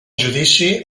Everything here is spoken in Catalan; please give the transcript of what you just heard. judici